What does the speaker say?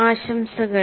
ആശംസകൾ